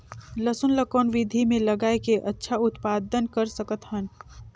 लसुन ल कौन विधि मे लगाय के अच्छा उत्पादन कर सकत हन?